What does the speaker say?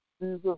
Jesus